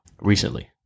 recently